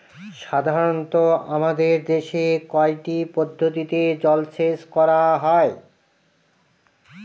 সাধারনত আমাদের দেশে কয়টি পদ্ধতিতে জলসেচ করা হয়?